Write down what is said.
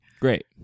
Great